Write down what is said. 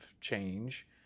change